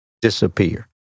disappear